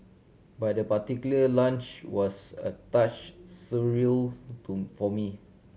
but that particular lunch was a touch surreal to for me